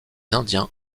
indiens